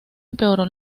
empeoró